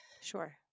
Sure